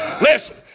Listen